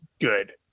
good